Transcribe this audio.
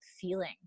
feeling